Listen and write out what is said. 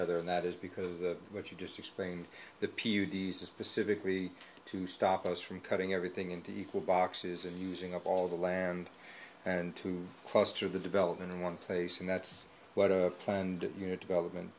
other and that is because of what you just explained the p u d s is specifically to stop us from cutting everything into equal boxes and using up all the land and to cluster the development in one place and that's what a planned your development